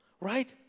right